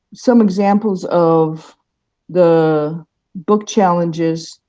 some examples of the book challenges